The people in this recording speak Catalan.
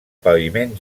paviment